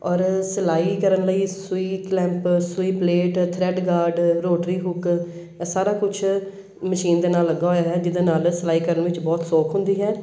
ਔਰ ਸਿਲਾਈ ਕਰਨ ਲਈ ਸਵੀਤ ਲੈਂਪ ਸਈ plate thread guard rotary hook ਇਹ ਸਾਰਾ ਕੁਛ ਮਸ਼ੀਨ ਦੇ ਨਾਲ ਲੱਗਾ ਹੋਇਆ ਹੈ ਜਿਹਦੇ ਨਾਲ ਸਿਲਾਈ ਕਰਨ ਵਿੱਚ ਬਹੁਤ ਸੌਖ ਹੁੰਦੀ ਹੈ